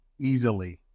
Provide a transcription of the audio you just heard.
easily